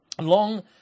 Long